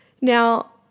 Now